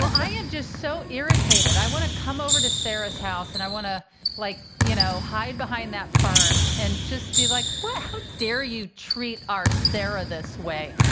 but i am just so irritated. i want to come over to sarah's house and i want to like, you know, hide behind that ferne and just be like, how dare you treat our sarah this way?